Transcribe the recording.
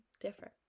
different